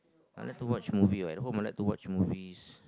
I like to watch movie at home I like to watch movies